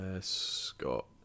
scott